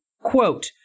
Quote